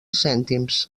cèntims